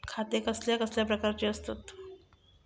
खाते कसल्या कसल्या प्रकारची असतत?